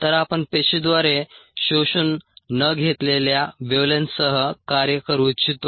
तर आपण पेशीद्वारे शोषून न घेतलेल्या वेव्हलेंग्थसह कार्य करू इच्छितो